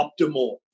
optimal